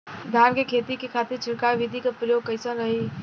धान के खेती के खातीर छिड़काव विधी के प्रयोग कइसन रही?